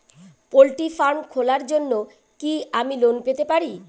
Poultry farm খোলার জন্য কি আমি লোন পেতে পারি?